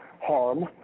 harm